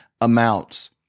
amounts